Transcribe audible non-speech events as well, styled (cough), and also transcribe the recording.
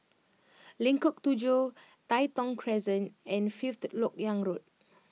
(noise) Lengkok Tujoh Tai Thong Crescent and Fifth Lok Yang Road